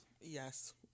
yes